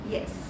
Yes